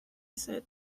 said